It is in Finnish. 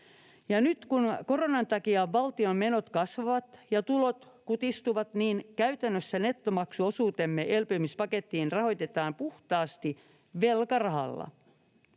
nyt kun koronan takia valtion menot kasvavat ja tulot kutistuvat, niin käytännössä nettomaksuosuutemme elpymispakettiin rahoitetaan puhtaasti velkarahalla.